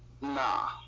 nah